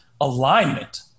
alignment